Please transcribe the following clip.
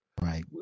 Right